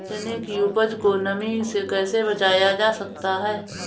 चने की उपज को नमी से कैसे बचाया जा सकता है?